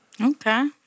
Okay